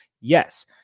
Yes